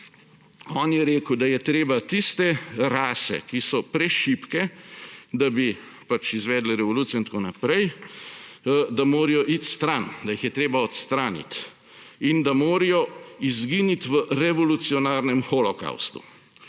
On je rekel, da je treba tiste rase, ki so prešibke, da bi pač izvedle revolucijo in tako naprej, da morajo iti stran, da jih je treba odstraniti in da morajo izginiti v revolucionarnem holokavstu.